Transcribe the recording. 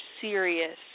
serious